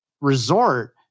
resort